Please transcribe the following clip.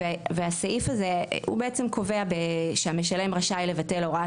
והסעיף הזה הוא בעצם קובע שהמשלם רשאי לבטל הוראת